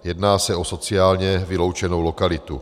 Jedná se o sociálně vyloučenou lokalitu.